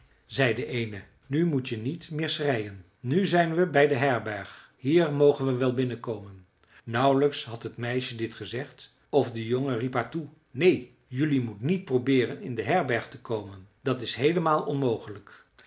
zei de eene nu moet je niet meer schreien nu zijn we bij de herberg hier mogen we wel binnenkomen nauwlijks had het meisje dit gezegd of de jongen riep haar toe neen jelui moet niet probeeren in de herberg te komen dat is heelemaal onmogelijk